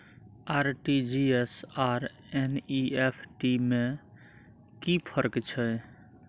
RTG S आर NEFT में कि फर्क छै?